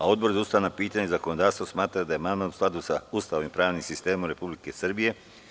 Odbor za ustavna pitanja i zakonodavstvo smatra da je amandman u skladu sa Ustavom i pravnim sistemom Republike Srbije.